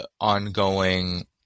ongoing